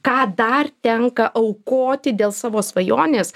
ką dar tenka aukoti dėl savo svajonės